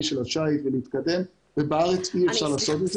של השיט ובארץ אי אפשר לעשות את זה.